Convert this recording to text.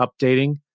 updating